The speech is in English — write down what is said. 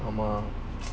come on